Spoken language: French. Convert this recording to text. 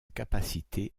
capacité